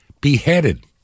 beheaded